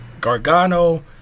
Gargano